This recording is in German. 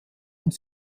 und